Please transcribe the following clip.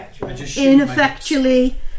ineffectually